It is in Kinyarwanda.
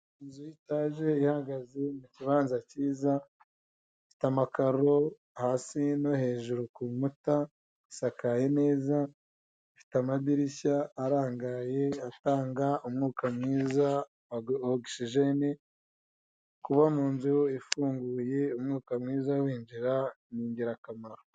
Inzu y'itaje ihagaze mu kibanza cyiza ifite amakaro hasi no hejuru ku nkuta isakaye neza ifite amadirishya arangaye atanga umwuka mwiza wa ogisijeni kuba munzu ifunguye umwuka mwiza winjira ni ingirakamaro.